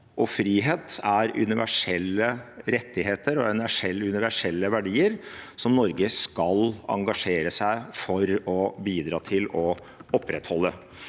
frihet er universelle rettigheter og universelle verdier som Norge skal engasjere seg for å bidra til å opprettholde.